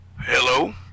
Hello